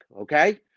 Okay